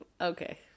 okay